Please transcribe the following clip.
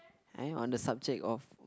are you on the subject of